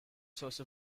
source